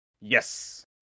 yes